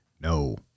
No